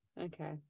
Okay